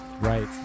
right